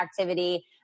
activity